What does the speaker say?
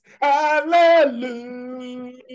Hallelujah